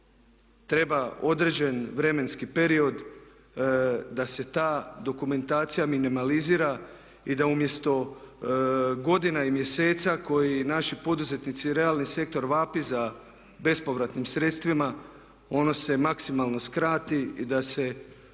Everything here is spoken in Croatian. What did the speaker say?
Treba određeni vremenski period da se ta dokumentacija minimalizira i da umjesto godina i mjeseci koje naši poduzetnici i realni sektor vapi za bespovratnim sredstvima on se maksimalno skrati i da se